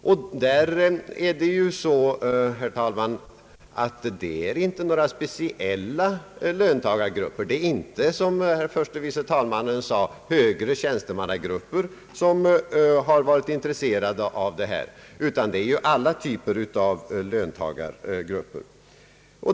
I USA, herr talman, är det inte några speciella löntagargrupper — inte som herr förste vice talmannen sade högre tjänstemannagrupper — som varit intresserade av denna fråga utan det är alla typer av löntagargrupper.